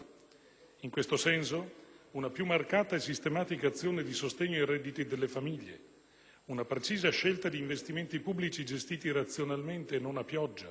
In questo senso, una più marcata e sistematica azione di sostegno ai redditi delle famiglie, una precisa scelta di investimenti pubblici gestiti razionalmente e non a pioggia,